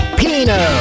pino